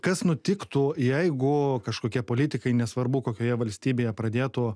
kas nutiktų jeigu kažkokie politikai nesvarbu kokioje valstybėje pradėtų